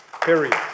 period